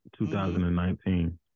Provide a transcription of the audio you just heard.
2019